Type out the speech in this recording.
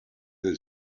will